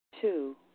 Two